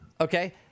Okay